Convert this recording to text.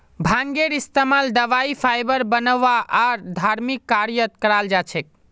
भांगेर इस्तमाल दवाई फाइबर बनव्वा आर धर्मिक कार्यत कराल जा छेक